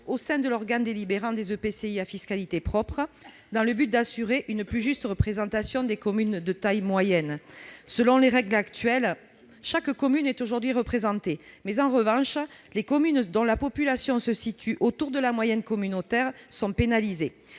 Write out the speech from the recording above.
au sein de l'organe délibérant des EPCI à fiscalité propre, afin d'assurer une plus juste représentation des communes de taille moyenne. Selon les règles actuelles, chaque commune est bien représentée au sein de ces assemblées. Mais les communes dont la population se situe autour de la moyenne communautaire sont pénalisées.